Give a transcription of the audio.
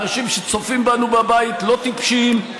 האנשים שצופים בנו בבית לא טיפשים,